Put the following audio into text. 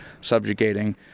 subjugating